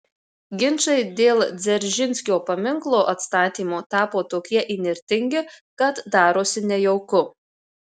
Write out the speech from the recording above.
ginčai dėl dzeržinskio paminklo atstatymo tapo tokie įnirtingi kad darosi nejauku